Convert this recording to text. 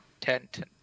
tent